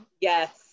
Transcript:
yes